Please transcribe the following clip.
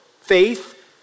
Faith